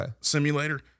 simulator